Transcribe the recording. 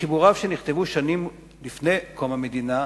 בחיבוריו, שנכתבו שנים לפני קום המדינה,